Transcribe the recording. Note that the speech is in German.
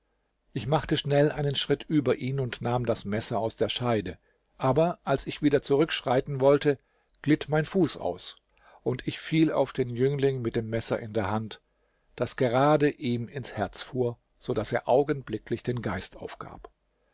ich machte schnell einen schritt über ihn und nahm das messer aus der scheide aber als ich wieder zurückschreiten wollte glitt mein fuß aus und ich fiel auf den jüngling mit dem messer in der hand das gerade ihm ins herz fuhr so daß er augenblicklich den geist aufgab